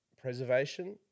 preservation